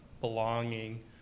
belonging